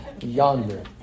Yonder